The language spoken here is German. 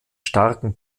starken